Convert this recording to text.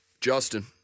Justin